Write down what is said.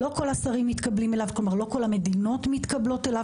לא כל המדינות מתקבלות אליו,